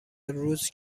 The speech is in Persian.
روز